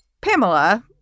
Pamela